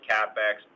CapEx